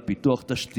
על פיתוח תשתיות,